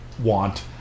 want